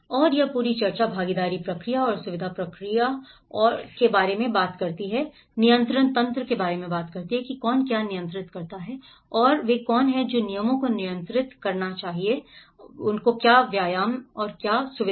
और यह पूरी चर्चा भागीदारी प्रक्रिया और सुविधा प्रक्रिया और के बारे में बात करती है नियंत्रण तंत्र भी कौन क्या नियंत्रित करता है और यह कौन है जो नियमों को नियंत्रित करेगा व्यायाम और सुविधा